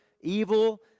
evil